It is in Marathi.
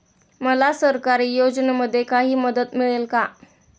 मला सरकारी योजनेमध्ये काही मदत मिळेल का?